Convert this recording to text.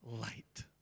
light